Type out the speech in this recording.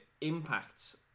impacts